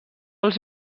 els